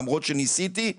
למרות שניסיתי,